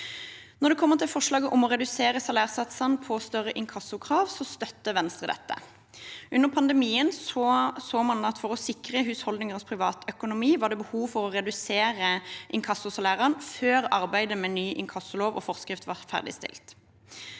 Når det gjelder forslaget om å redusere salærsatsene på større inkassokrav, støtter Venstre dette. Under pandemien så man at for å sikre husholdningers privatøkonomi var det behov for å redusere inkassosalærene før arbeidet med ny inkassolov og forskrift var ferdigstilt.